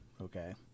Okay